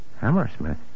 Hammersmith